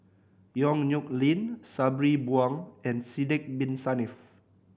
Yong Nyuk Lin Sabri Buang and Sidek Bin Saniff